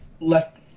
left